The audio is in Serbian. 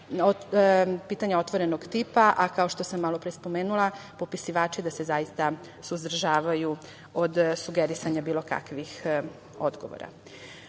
pitanja otvorenog tipa, a kao što sam malopre spomenula, popisivači da se zaista suzdržavaju od sugerisanja bilo kakvih odgovora. Svakako,